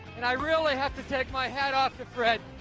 and i really have to take my hat off to fred.